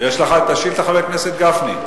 חבר הכנסת גפני?